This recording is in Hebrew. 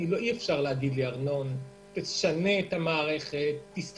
אי-אפשר להגיד לי להסתדר עם